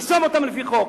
שירשום אותם לפי חוק,